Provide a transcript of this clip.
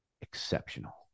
exceptional